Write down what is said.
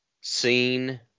seen